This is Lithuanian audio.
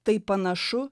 tai panašu